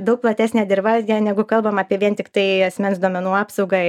daug platesnė dirva negu kalbam apie vien tiktai asmens duomenų apsaugą